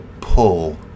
pull